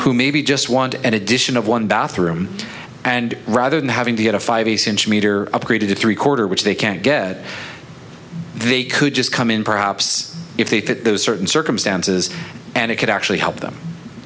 who maybe just want an addition of one bathroom and rather than having to get a five eighth's inch meter upgrade to three quarter which they can't get they could just come in perhaps if they fit those certain circumstances and it could actually help them